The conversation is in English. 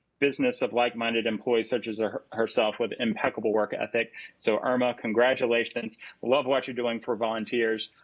business of like minded employees such as ah herself with impeccable work ethic so irma, congratulations, i love what you're doing for volunteers.